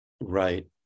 right